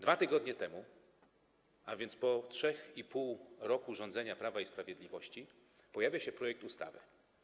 2 tygodnie temu, a więc po 3,5 roku rządzenia Prawa i Sprawiedliwości, pojawia się projekt ustawy.